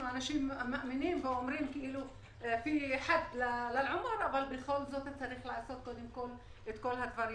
אנחנו אנשים מאמינים אבל בכל זאת צריך לעשות את כל הדברים.